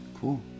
Cool